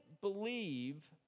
believe